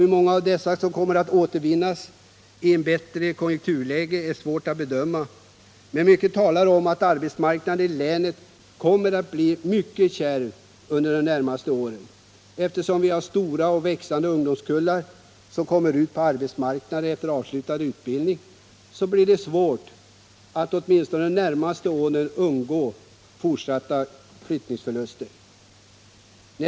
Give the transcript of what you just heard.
Hur många av dessa som kan återvinnas i ett bättre konjunkturläge är svårt att bedöma, men mycket talar för att arbetsmarknaden i länet kommer att bli mycket kärv de närmaste åren. Eftersom vi har stora och växande ungdomskullar som kommer ut på arbetsmarknaden efter avslutad utbildning torde det bli svårt att åtminstone under de närmaste åren undgå fortsatta utflyttningsförluster.